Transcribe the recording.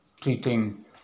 treating